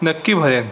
नक्की भरेन